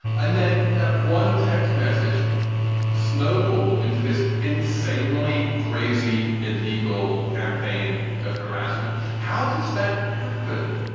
and then that one text message snowballed into this insanely crazy, illegal campaign of harassment how does that happen?